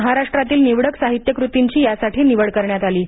महाराष्ट्रातील निवडक साहित्यकृतींची यासाठी निवड करण्यात आली आहे